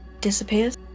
disappears